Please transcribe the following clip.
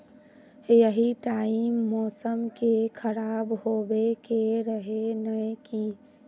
यही टाइम मौसम के खराब होबे के रहे नय की?